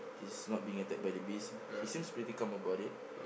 he's not being attacked by the bees he seems pretty calm about it